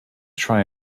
try